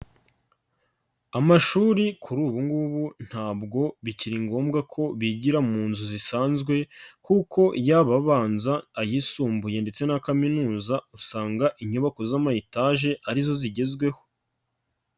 Amashuri kuri ubu ngubu ntabwo bikiri ngombwa ko bigira mu nzu zisanzwe kuko yaba abanza, ayisumbuye ndetse na kaminuza, usanga inyubako z'amahetaje ari zo zigezweho.